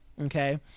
Okay